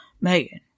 Megan